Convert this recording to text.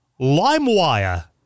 LimeWire